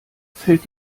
fällt